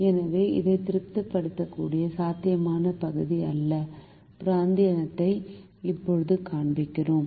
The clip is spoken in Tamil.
எனவே இதை திருப்திப்படுத்தக்கூடிய சாத்தியமான பகுதி அல்லது பிராந்தியத்தை இப்போது காண்பிக்கிறோம்